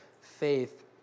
faith